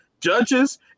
judges